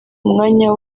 umwanya